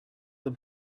the